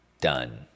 done